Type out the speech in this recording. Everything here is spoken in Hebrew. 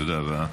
תודה רבה.